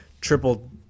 triple